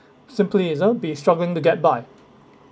simply itself be struggling to get by